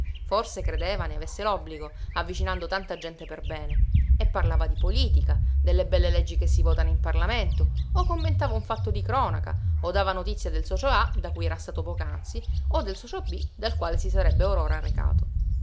forse credeva ne avesse l'obbligo avvicinando tanta gente perbene e parlava di politica delle belle leggi che si votano in parlamento o commentava un fatto di cronaca o dava notizia del socio a da cui era stato poc'anzi o del socio b dal quale si sarebbe or ora recato